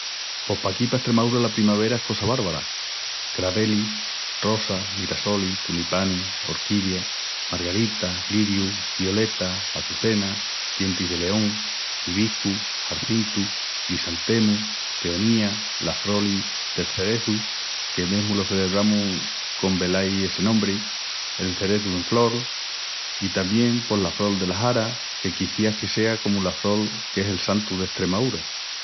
Pos paquí pa Estremaúra la primavera es cosa bárbara: cravelis, rosas, mirassolis, tulipanis, orquidias, margaritas, lirius, violetas, açucenas, dientis de león, hibiscus, jarcintus, glisantemus, peonías, las frolis del cerezu, que mesmu lo celebramus con velaí essi nombri, el cerezu en frol. I tamién pos la frol dela xara que quiciás que sea comu la frol qu'es el santu d'Estremaúra.